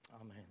amen